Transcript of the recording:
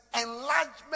enlargement